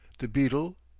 the betel,